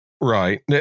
Right